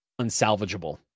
unsalvageable